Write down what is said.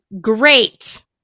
great